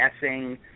guessing